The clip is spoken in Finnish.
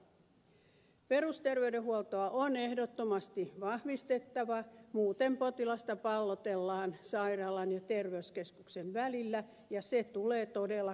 perusterveydenhuoltoa on ehdottomasti vahvistettava muuten potilasta pallotellaan sairaalan ja terveyskeskuksen välillä ja se tulee todella kalliiksi